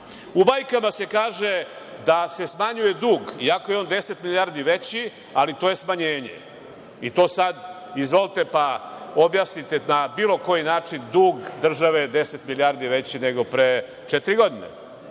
bajkama se kaže da se smanjuje dug, iako je on 10 milijardi veći, ali to je smanjenje, i to sad izvolite i objasnite na bilo koji način dug države 10 milijardi veći, nego pre četiri godine.